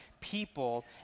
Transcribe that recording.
people